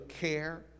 care